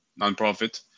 nonprofit